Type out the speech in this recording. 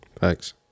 Thanks